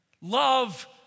Love